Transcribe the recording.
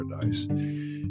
paradise